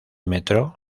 metro